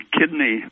kidney